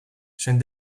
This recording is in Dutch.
zijn